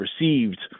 received